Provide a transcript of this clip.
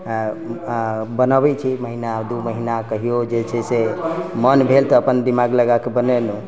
बनाबै छी महिना दू महिना कहियौ जे छै से मन भेल तऽ अपन दिमाग लगाकऽ बनेलहुँ